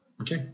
okay